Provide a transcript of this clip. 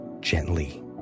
gently